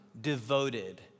devoted